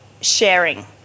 sharing